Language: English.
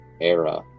era